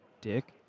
dick